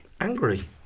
Angry